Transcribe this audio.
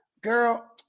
girl